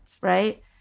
right